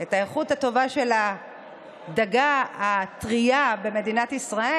את האיכות הטובה של הדגה הטרייה במדינת ישראל,